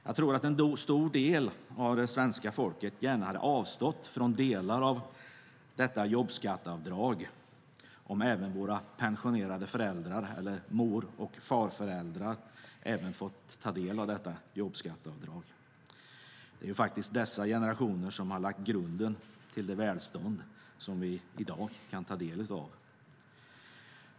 Jag tror att en stor del av det svenska folket gärna hade avstått från delar av detta jobbskatteavdrag om även våra pensionerade föräldrar eller mor och farföräldrar fått ta del av det. Det är ju faktiskt dessa generationer som har lagt grunden till det välstånd som vi i dag kan ta del av.